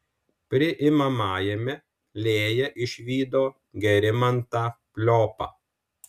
priimamajame lėja išvydo gerimantą pliopą